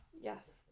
Yes